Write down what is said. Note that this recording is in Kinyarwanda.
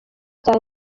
cyane